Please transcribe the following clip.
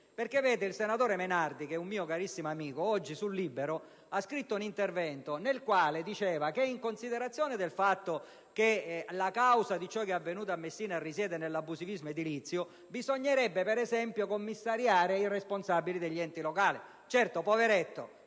perché il senatore Menardi, che è un mio carissimo amico, ha scritto oggi su «Libero» un intervento nel quale sostiene che, in considerazione del fatto che la causa di ciò che è avvenuto a Messina risiede nell'abusivismo edilizio, bisognerebbe, per esempio, commissariare i responsabili degli enti locali. Certo, poveretto,